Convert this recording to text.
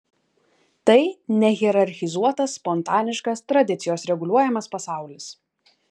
tai nehierarchizuotas spontaniškas tradicijos reguliuojamas pasaulis